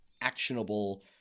actionable